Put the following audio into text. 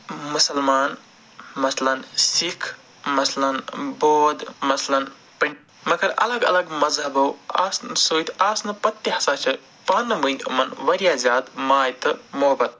مُسَلمان مَثلاً سِکھ مَثلاً بودھ مَثلاً مگر الگ الگ مَذہَبو آسنہٕ سۭتۍ آسنہٕ پَتہٕ تہِ ہَسا چھِ پانہٕ ؤنۍ یِمَن واریاہ زیاد ماے تہٕ محبت